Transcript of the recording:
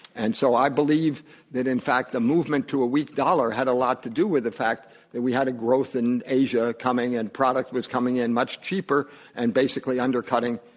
and so i believe that, in fact, the movement to a weak dollar had a lot to do with the fact that we had a growth in asia coming, and product was coming in much cheaper and basically undercutting,